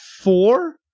four